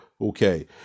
okay